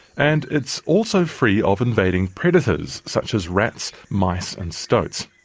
and it's also free of invading predators such as rats, mice and stoats.